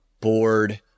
bored